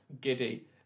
giddy